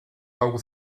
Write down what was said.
algo